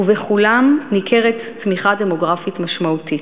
ובכולם ניכרת צמיחה דמוגרפית משמעותית.